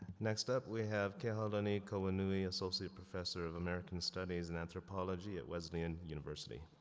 next up, we have kehaulani kauanui associate professor of american studies and anthropology at wesleyan university.